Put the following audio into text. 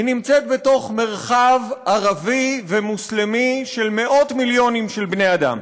היא נמצאת בתוך מרחב ערבי ומוסלמי של מאות מיליונים של בני אדם.